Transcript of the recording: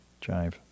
jive